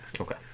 Okay